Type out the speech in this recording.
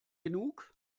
genug